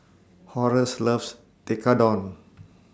Horace loves Tekkadon